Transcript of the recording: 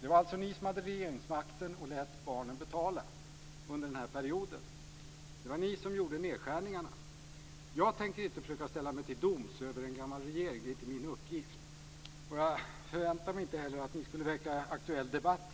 Det var ni som hade regeringsmakten och lät barnen betala under den här perioden. Det var ni som gjorde nedskärningarna. Jag tänker inte försöka sätta mig till doms över en gammal regering. Det är inte min uppgift. Jag förväntar mig inte heller att ni skulle väcka aktuell debatt